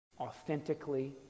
Authentically